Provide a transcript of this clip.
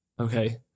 okay